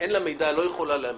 אין מידע, היא לא יכולה לאמת.